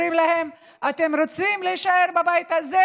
אומרים להם: אתם רוצים להישאר בבית הזה?